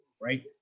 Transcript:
right